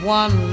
one